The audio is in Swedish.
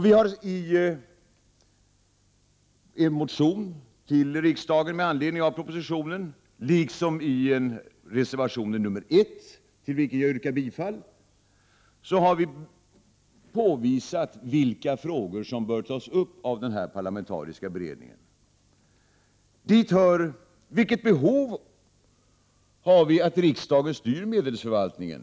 Vi har med anledning av propositionen i en motion till riksdagen, liksom i reservation 1 till vilken jag yrkar bifall, påvisat vilka frågor som bör tas upp av den parlamentariska beredningen. Dit hör frågan om vilket behov som finns av att riksdagen styr medelsfördelningen.